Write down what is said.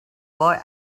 boy